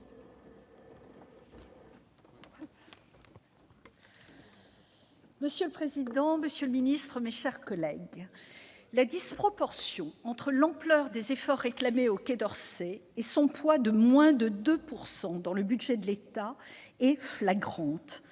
Monsieur le président, monsieur le ministre, mes chers collègues, la disproportion entre l'ampleur des efforts réclamés au Quai d'Orsay et son poids de moins de 2 % dans le budget de l'État est flagrante.